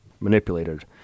manipulated